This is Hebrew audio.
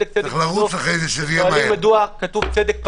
כתוב "צדק"